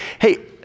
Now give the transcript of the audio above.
hey